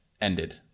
ended